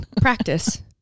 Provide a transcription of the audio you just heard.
practice